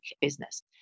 business